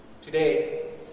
today